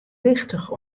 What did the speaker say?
wichtich